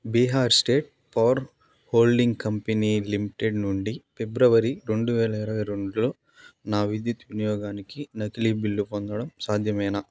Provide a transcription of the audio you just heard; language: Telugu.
Bihar state power holding company limited నుండి ఫిబ్రవరి రెండు వేల ఇరవై రెండులో నా విద్యుత్ వినియోగానికి నకిలీ బిల్లు పొందడం సాధ్యమేనా